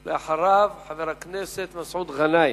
אחריו, חבר הכנסת מסעוד גנאים.